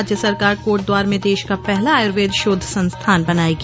राज्य सरकार कोटद्वार में देश का पहला आयुर्वेद शोध संस्थान बनाएगी